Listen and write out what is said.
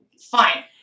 fine